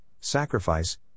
sacrifice